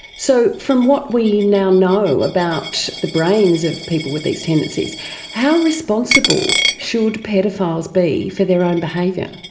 so from what we now know about the brains of people with these tendencies how responsible should paedophiles be for their own behaviour?